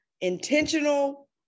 intentional